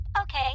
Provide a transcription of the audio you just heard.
Okay